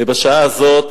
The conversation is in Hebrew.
ובשעה הזאת